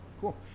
Cool